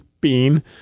bean